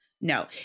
no